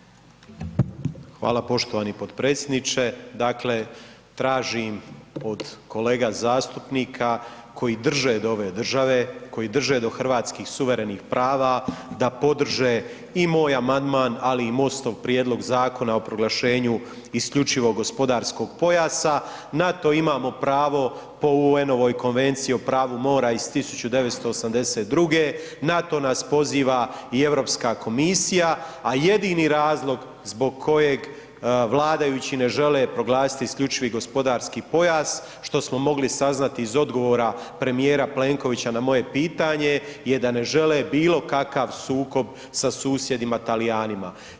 Hvala poštovani potpredsjedniče, dakle tražim od kolega zastupnika koji drže do ove države, koji drže do hrvatskih suverenih prava da podrže i moj amandman, ali i MOST-ov prijedlog Zakona o proglašenju isključivog gospodarskog pojasa, na to imamo pravo po UN-ovoj Konvenciji o pravu mora iz 1982., na to nas poziva i Europska komisija, a jedini razlog zbog kojeg vladajući ne žele proglasiti isključivi gospodarski pojas, što smo mogli saznati iz odgovora premijera Plenkovića na moje pitanje, je da ne žele bilo kakav sukob sa susjedima Talijanima.